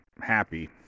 happy